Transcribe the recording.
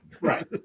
Right